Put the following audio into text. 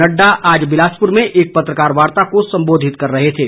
नड़डा आज बिलासपुर में एक पत्रकार वार्ता को संबोधित कर रहे थे